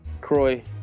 Croy